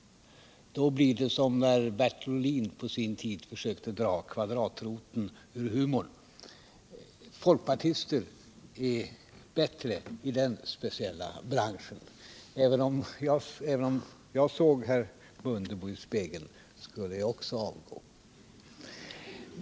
Då blir det som när Bertil Ohlin på sin tid försökte dra kvadratroten ur humorn. Folkpartister är bättre i den speciella branschen. Om jag såg herr Mundebo i spegeln skulle också jag avgå.